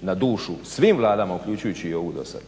na dušu svim vladama uključujući i ovu dosad.